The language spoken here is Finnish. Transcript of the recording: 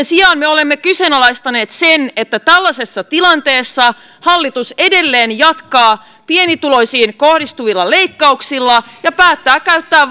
sijaan me olemme kyseenalaistaneet sen että tällaisessa tilanteessa hallitus edelleen jatkaa pienituloisiin kohdistuvilla leikkauksilla ja päättää käyttää